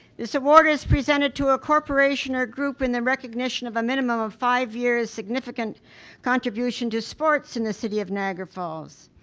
this award is presented to a corporation or group in the recognition of a minimum of five years significant contribution to sports in the city of niagara falls.